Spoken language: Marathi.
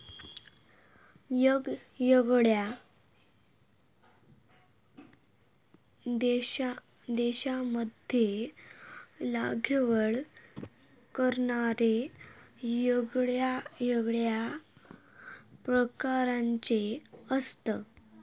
येगयेगळ्या देशांमध्ये लागवड करणारे येगळ्या प्रकारचे असतत